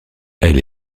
elle